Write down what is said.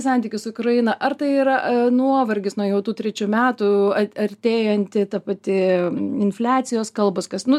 santykis su ukraina ar tai yra nuovargis nuo jau tų trečių metų artėjanti ta pati infliacijos kalbos kas nu